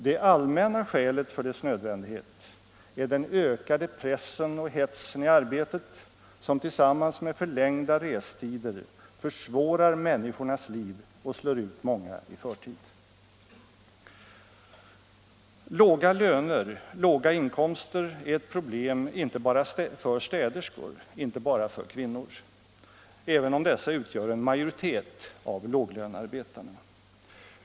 Det allmänna skälet för dess nödvändighet är den ökade pressen och hetsen i arbetet, som tillsammans med förlängda restider försvårar människornas liv och slår ut många i förtid. Låga löner, låga inkomster är ett problem inte bara för städerskor, inte bara för kvinnor, även om dessa utgör en majoritet av låglönearbetarna.